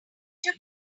took